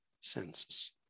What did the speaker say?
senses